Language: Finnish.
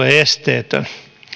esteetön